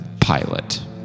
pilot